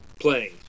Playing